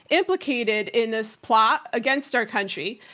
implicated in this plot against our country,